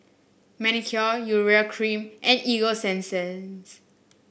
Manicare Urea Cream and Ego Sunsense